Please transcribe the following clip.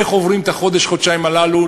איך עוברים את החודש-חודשיים הללו,